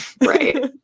Right